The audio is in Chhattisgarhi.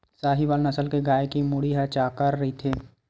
साहीवाल नसल के गाय के मुड़ी ह चाकर रहिथे